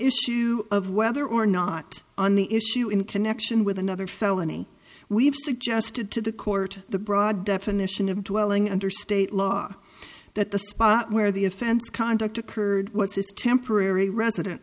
issue of whether or not on the issue in connection with another felony we've suggested to the court the broad definition of dwelling under state law that the spot where the offense conduct occurred was his temporary residen